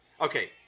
Okay